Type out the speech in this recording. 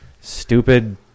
stupid